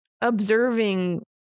observing